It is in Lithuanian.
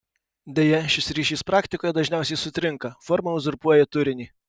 deja šis ryšys praktikoje dažniausiai sutrinka forma uzurpuoja turinį